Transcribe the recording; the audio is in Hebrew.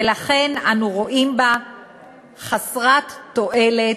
ולכן אנו רואים בה חסרת תועלת,